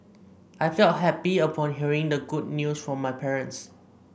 I felt happy upon hearing the good news from my parents